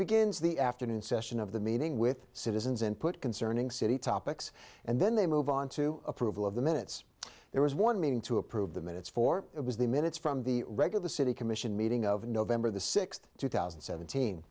begins the afternoon session of the meeting with citizens input concerning city topics and then they move on to approval of the minutes there was one meeting to approve the minutes for it was the minutes from the regular city commission meeting of november the sixth two thousand and seventeen